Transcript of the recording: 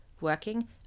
working